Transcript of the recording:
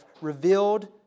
revealed